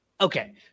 okay